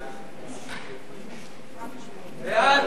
מאשר לי,